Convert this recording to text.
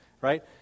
right